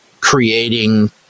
creating